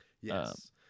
Yes